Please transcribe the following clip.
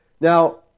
Now